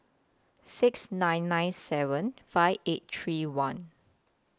six nine nine seven five eight three one